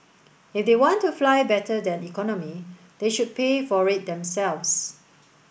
if they want to fly better than economy they should pay for it themselves